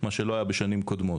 מה שלא היה בשנים קודמות.